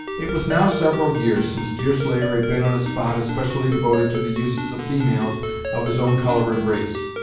it was now several years since deerslayer had been in a spot especially devoted to the uses of females of his own color and race.